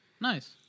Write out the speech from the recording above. Nice